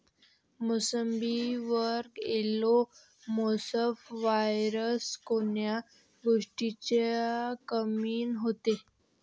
मोसंबीवर yellow mosaic virus कोन्या गोष्टीच्या कमीनं होते?